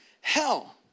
hell